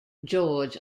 george